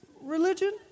religion